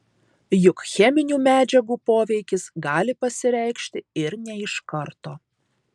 juk cheminių medžiagų poveikis gali pasireikšti ir ne iš karto